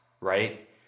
right